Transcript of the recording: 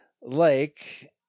lake